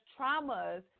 traumas